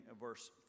verse